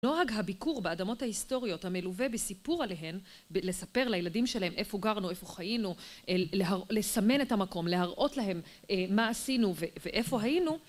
לא רק הביקור באדמות ההיסטוריות המלווה בסיפור עליהן, לספר לילדים שלהם איפה גרנו, איפה חיינו, לסמן את המקום, להראות להם מה עשינו ואיפה היינו,